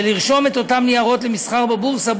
ולרשום את אותם ניירות למסחר בבורסה.